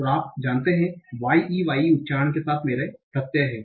और आप जानते हैं y e y e उच्चारण के साथ मेरे प्रत्यय हैं